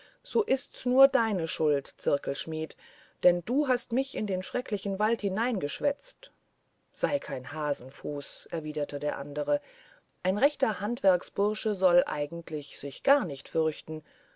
so ist's nur deine schuld zirkelschmidt denn du hast mich in den schrecklichen wald hereingeschwätzt sei kein hasenfuß erwiderte der andere ein rechter handwerksbursche soll eigentlich sich gar nicht fürchten